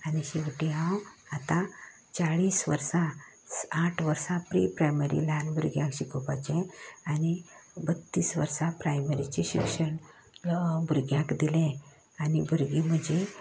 आनी शेवटी हांव आतां चाळीस वर्सां स आट वर्सां प्री प्रायमरी ल्हान भुरग्यांक शिकोवपाचें आनी बत्तीस वर्सां प्रायमरीचें शिक्षण भुरग्याक दिलें आनी भुरगीं म्हजीं